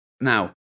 Now